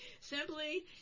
Simply